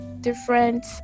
different